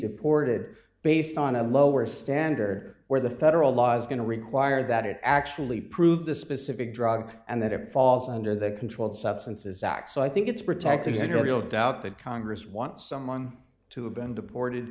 deported based on a lower standard where the federal law is going to require that it actually prove the specific drug and that it falls under the controlled substances act so i think it's protected general doubt that congress wants someone to have been deported